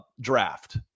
draft